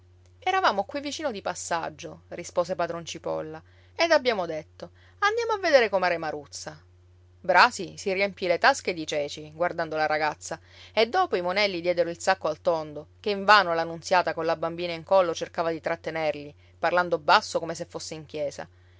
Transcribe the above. eravamo qui vicino di passaggio rispose padron cipolla ed abbiamo detto andiamo a vedere comare maruzza brasi si riempì le tasche di ceci guardando la ragazza e dopo i monelli diedero il sacco al tondo che invano la nunziata colla bambina in collo cercava di trattenerli parlando basso come se fosse in chiesa